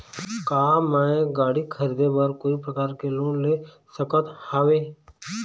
का मैं गाड़ी खरीदे बर कोई प्रकार के लोन ले सकत हावे?